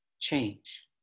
change